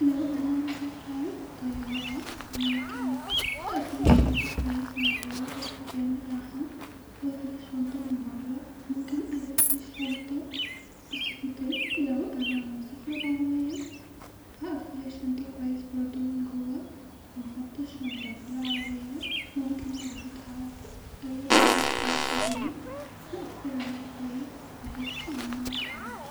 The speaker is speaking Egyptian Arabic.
لو انا مسافره بطياره ممكن- اقفل الشنطه كويس من جوا بالحزام بتاعها-واقفل الشنطه من برا-ممكن اللف الشنطه-بسولوتيب-لو انا مسافره بعربيه-هقفل الشنطه كويس بردو من جوا-ونحط الشنطه في العربيه-وممكن نربطها بأي رباط-او حزام نقفل عليها كويس بحيث انها متتحركش